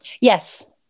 Yes